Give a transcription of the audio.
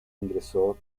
ingresó